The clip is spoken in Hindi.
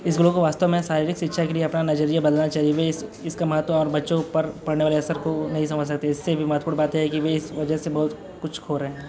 स्कूलों को वास्तव में शारीरिक शिक्षा के लिए अपना नज़रिया बदलना चाहिए वे इसका महत्व और बच्चों पर पड़ने वाले असर को नहीं समझ सकते इससे भी महत्वपूर्ण बात यह है कि वे इस वजह से बहुत कुछ खो रहे हैं